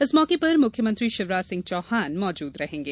इस मौके पर मुख्यमंत्री शिवराज सिंह चौहान मौजूद रहेंगे